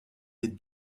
des